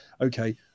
okay